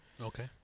Okay